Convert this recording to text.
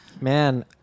man